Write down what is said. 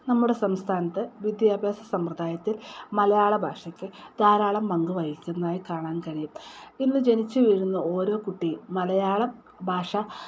നമ്മുടെ സംസ്ഥാനത്ത് വിദ്യാഭ്യാസ സമ്പ്രദായത്തിൽ മലയാള ഭാഷയ്ക്ക് ധാരാളം പങ്കു വഹിക്കുന്നതായി കാണാൻ കഴിയും ഇന്ന് ജനിച്ചു വീഴുന്ന ഓരോ കുട്ടിയും മലയാളം ഭാഷ